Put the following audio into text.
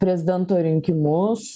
prezidento rinkimus